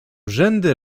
rzędy